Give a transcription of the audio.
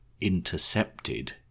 intercepted